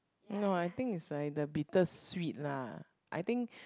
no I think is like the bitter sweet lah I think